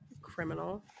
Criminal